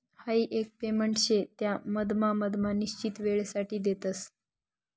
हाई एक पेमेंट शे त्या मधमा मधमा निश्चित वेळसाठे देतस